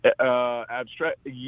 abstract